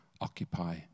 occupy